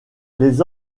les